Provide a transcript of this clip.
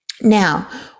now